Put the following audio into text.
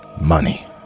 money